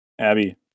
Abby